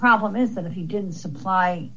problem is that he didn't supply